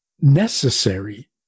necessary